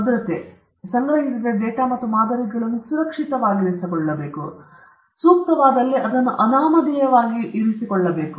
ಭದ್ರತೆ ಸಂಗ್ರಹಿಸಿದ ಡೇಟಾ ಮತ್ತು ಮಾದರಿಗಳನ್ನು ಸುರಕ್ಷಿತವಾಗಿರಿಸಿಕೊಳ್ಳಬೇಕು ಮತ್ತು ಸೂಕ್ತವಾದಲ್ಲಿ ಅನಾಮಧೇಯವಾಗಿರಿಸಿಕೊಳ್ಳಬೇಕು